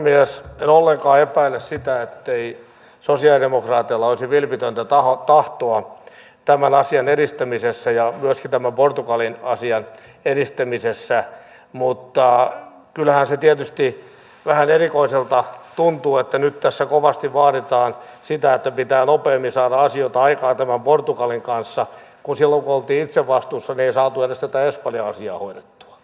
en ollenkaan epäile sitä etteikö sosialidemokraateilla olisi vilpitöntä tahtoa tämän asian edistämisessä ja myöskin tämän portugalin asian edistämisessä mutta kyllähän se tietysti vähän erikoiselta tuntuu että nyt tässä kovasti vaaditaan sitä että pitää nopeammin saada asioita aikaan portugalin kanssa kun silloin kun oltiin itse vastuussa ei saatu edes tätä espanja asiaa hoidettua